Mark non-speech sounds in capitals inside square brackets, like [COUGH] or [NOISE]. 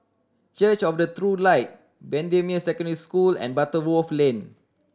church of the [UNINTELLIGIBLE] Light Bendemeer Secondary School and Butterworth Lane